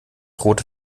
rote